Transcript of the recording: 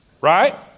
right